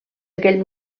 aquell